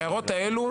שתי ההערות הללו,